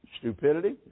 Stupidity